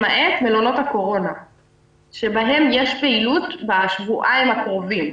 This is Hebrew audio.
למעט מלונות הקורונה שבהם יש פעילות בשבועיים הקרובים.